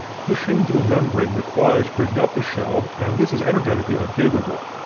pushing through a membrane requires breaking up the shell and this is energetically unfavorable.